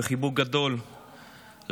חיבוק גדול למשפחות